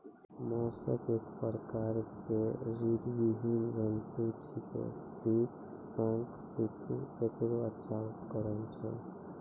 mollusc एक प्रकार के रीड़विहीन जंतु छेकै, सीप, शंख, सित्तु एकरो अच्छा उदाहरण छै